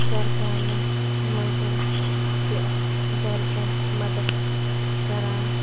گر کامٮ۪ن منٛز تہِ گَرکٮ۪ن مَدتھ کَران